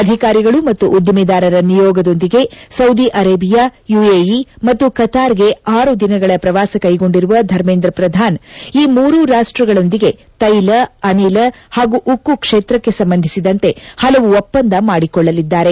ಅಧಿಕಾರಿಗಳು ಮತ್ತು ಉದ್ದಿಮೆದಾರರ ನಿಯೋಗದೊಂದಿಗೆ ಸೌದಿ ಅರೇಬಿಯಾ ಯುಎಇ ಮತ್ತು ಕತಾರ್ಗೆ ಆರು ದಿನಗಳ ಪ್ರವಾಸ ಕೈಗೊಂಡಿರುವ ಧರ್ಮೇಂದ್ರ ಪ್ರಧಾನ್ ಈ ಮೂರೂ ರಾಷ್ಟಗಳೊಂದಿಗೆ ತೈಲ ಅನಿಲ ಹಾಗೂ ಉಕ್ಕು ಕ್ಷೇತ್ರಕ್ಕೆ ಸಂಬಂಧಿಸಿದಂತೆ ಹಲವು ಒಪ್ಪಂದ ಮಾಡಿಕೊಳ್ಳಲಿದ್ದಾರೆ